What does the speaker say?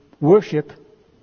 worship